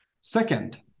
Second